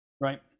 right